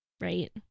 right